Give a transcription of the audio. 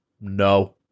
No